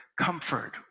comfort